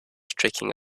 tricking